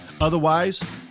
Otherwise